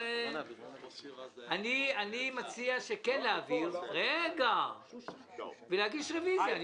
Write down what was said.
אני מציע כן להעביר ולהגיש רביזיה.